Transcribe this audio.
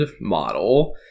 model